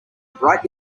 bright